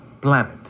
planet